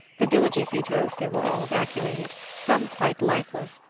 the villages we drove through were all evacuated, some quite lifeless,